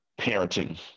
Parenting